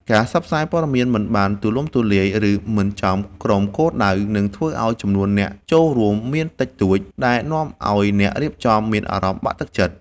ការផ្សព្វផ្សាយព័ត៌មានមិនបានទូលំទូលាយ ឬមិនចំក្រុមគោលដៅ នឹងធ្វើឱ្យចំនួនអ្នកចូលរួមមានតិចតួច ដែលនាំឱ្យអ្នករៀបចំមានអារម្មណ៍បាក់ទឹកចិត្ត។